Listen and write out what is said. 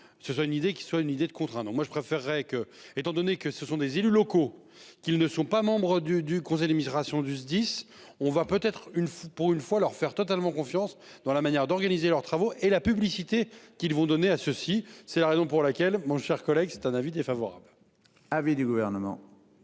ce soit une idée qui soit une idée de contraindre. Moi je préférerais que étant donné que ce sont des élus locaux qu'ne sont pas membres du du conseil administration du SDIS. On va peut être une fou pour une fois leur faire totalement confiance dans la manière d'organiser leurs travaux et la publicité qu'ils vont donner à ceci, c'est la raison pour laquelle mon cher collègue, c'est un avis défavorable. Avis du gouvernement.